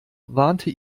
warnte